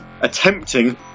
attempting